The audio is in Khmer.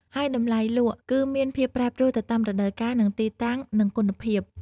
ហើយតម្លៃលក់គឺមានភាពប្រែប្រួលទៅតាមរដូវកាល និងទីតាំង និងគុណភាព។